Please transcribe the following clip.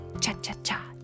cha-cha-cha